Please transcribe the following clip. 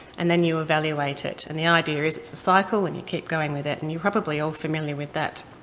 and then you evaluate it. and the idea is, it's a cycle, and you keep going with it. and you're probably all familiar with that.